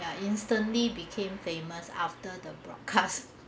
~a instantly became famous after the broadcast